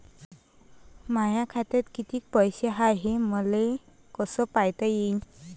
माया खात्यात कितीक पैसे हाय, हे मले कस पायता येईन?